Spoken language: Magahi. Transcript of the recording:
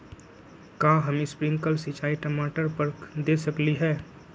का हम स्प्रिंकल सिंचाई टमाटर पर दे सकली ह?